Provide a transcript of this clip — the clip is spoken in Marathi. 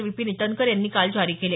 विपीन इटणकर यांनी काल जारी केले